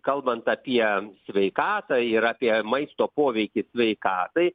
kalbant apie sveikatą ir apie maisto poveikį sveikatai